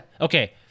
Okay